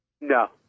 No